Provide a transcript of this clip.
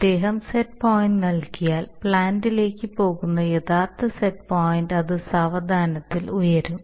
അദ്ദേഹം set point നൽകിയാൽ പ്ലാന്റിലേക്ക് പോകുന്ന യഥാർത്ഥ സെറ്റ് പോയിന്റ് അത് സാവധാനത്തിൽ ഉയരും